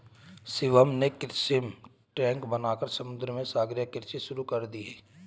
शिवम ने कृत्रिम टैंक बनाकर समुद्र में सागरीय कृषि शुरू कर दी